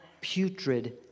putrid